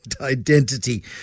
identity